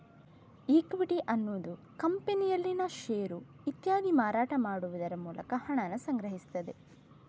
equity ಅನ್ನುದು ಕಂಪನಿಯಲ್ಲಿನ share ಇತ್ಯಾದಿ ಮಾರಾಟ ಮಾಡುವ ಮೂಲಕ ಹಣಾನ ಸಂಗ್ರಹಿಸ್ತದೆ